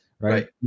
right